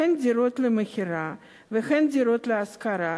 הן דירות למכירה והן דירות להשכרה,